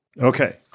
Okay